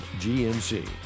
GMC